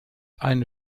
eine